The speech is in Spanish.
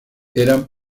eran